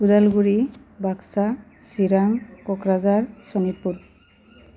Udalguri Baksa Chirang Kokrajhar Sonitpur